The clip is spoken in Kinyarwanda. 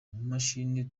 mashini